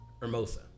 Hermosa